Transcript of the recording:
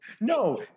No